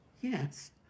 Yes